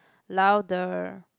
louder